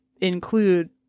include